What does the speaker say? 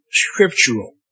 scriptural